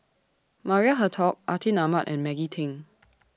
Maria Hertogh Atin Amat and Maggie Teng